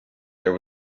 there